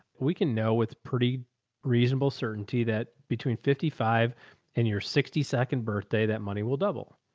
we can know with pretty reasonable certainty that between fifty five and your sixty second birthday, that money will double.